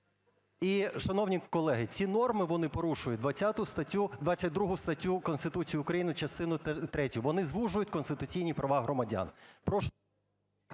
І, шановні колеги, ці норми, вони порушують 20 статтю… 22 статтю Конституції України, частину третю. Вони звужують конституційні права громадян.